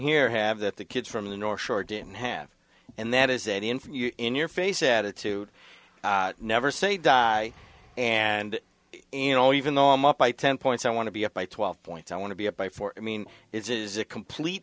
here have that the kids from the north shore didn't have and that is any information in your face attitude never say die and you know even though i'm up by ten points i want to be up by twelve points i want to be up by four i mean it's is a complete